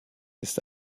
ist